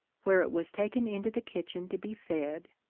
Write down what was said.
where it was taken into the kitchen to be fed,